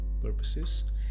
purposes